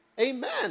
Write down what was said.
Amen